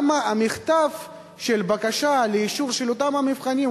כי מכתב הבקשה לאישור אותם מבחנים,